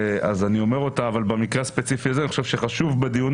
אני אומר אותה אבל במקרה הספציפי הזה אני חושב שחשוב בדיון